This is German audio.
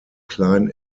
klein